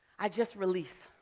i just release.